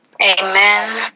Amen